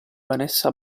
vanessa